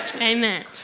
Amen